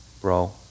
bro